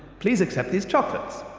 please accept these chocolates.